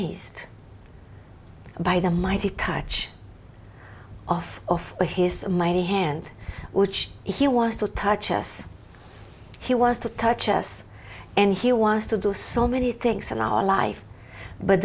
amazed by the mighty touch off of the his mighty hand which he wants to touch us he wants to touch us and he wants to do so many things in our life but